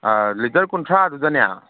litre ꯀꯨꯟꯊ꯭ꯔꯥꯗꯨꯗꯅꯦ